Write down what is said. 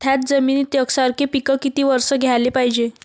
थ्याच जमिनीत यकसारखे पिकं किती वरसं घ्याले पायजे?